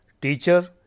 teacher